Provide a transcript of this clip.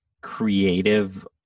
creative